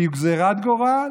כי הוא גזרת גורל,